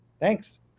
Thanks